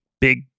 big